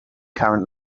current